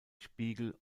spiegel